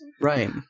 right